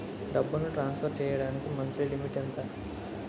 డబ్బును ట్రాన్సఫర్ చేయడానికి monthly limit ఎంత?